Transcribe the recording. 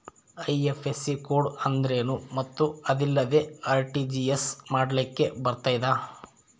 IFSC code ಅಂದ್ರೇನು ಮತ್ತು ಅದಿಲ್ಲದೆ ಆರ್.ಟಿ.ಜಿ.ಎಸ್ ಮಾಡ್ಲಿಕ್ಕೆ ಬರ್ತೈತಾ?